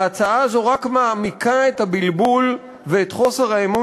ההצעה הזו רק מעמיקה את הבלבול ואת חוסר האמון